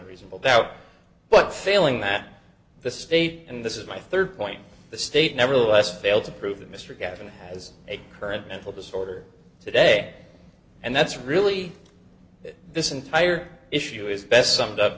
reasonable doubt but failing that the state and this is my rd point the state nevertheless failed to prove that mr gavin is a current mental disorder today and that's really this entire issue is best summed up